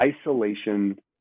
isolation